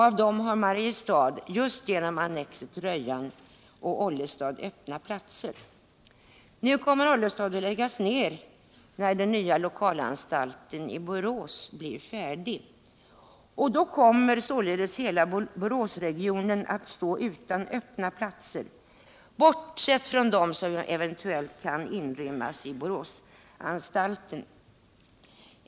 Av dem har Mariestad, just genom annexet Rödjan, och Ollestad öppna platser. Nu kommer Ollestad att läggas ned när den nya lokalanstalten i Borås blir färdig. Då är således hela Boråsregionen utan öppna platser, bortsett från dem som eventuellt inryms i Boråsanstalten.